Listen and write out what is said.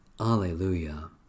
Alleluia